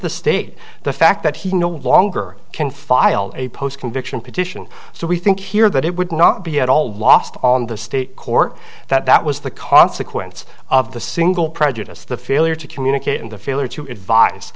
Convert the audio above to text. the state the fact that he no longer can file a post conviction petition so we think here that it would not be at all lost on the state court that was the consequence of the single prejudice the failure to communicate and the failure to